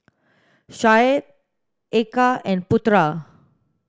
Syed Eka and Putra